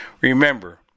Remember